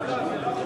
לא, לא, זה לא חודש.